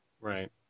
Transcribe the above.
Right